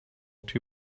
two